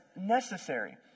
necessary